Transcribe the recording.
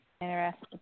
Interesting